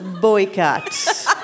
boycott